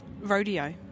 rodeo